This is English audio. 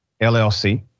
LLC